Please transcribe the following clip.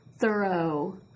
thorough